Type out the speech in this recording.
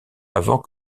avant